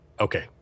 Okay